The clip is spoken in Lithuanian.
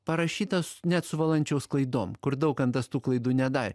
parašytas net su valančiaus klaidom kur daukantas tų klaidų nedarė